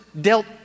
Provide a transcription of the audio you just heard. dealt